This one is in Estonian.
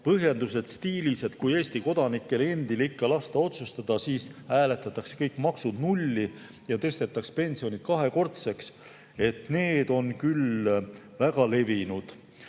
põhjendused stiilis, et kui Eesti kodanikel endil lasta otsustada, siis hääletataks kõik maksud nulli ja tõstetaks pensionid kahekordseks, on küll väga levinud.